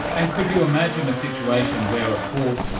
and could you imagine a situation where a court,